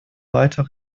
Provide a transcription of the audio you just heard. weiter